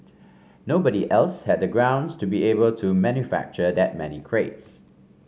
nobody else had the grounds to be able to manufacture that many crates